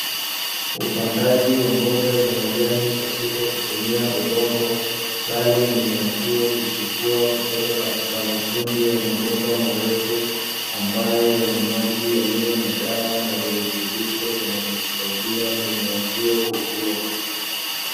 Upandaji wa mboga za majani pasipo kutumia udongo, bali mimea hiyo huchipua kutoka katika matundu ya mabomba marefu ambayo yana maji yaliyo na dawa na virutubisho vinavyosaidia mimea hiyo kukua.